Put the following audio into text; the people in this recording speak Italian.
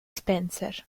spencer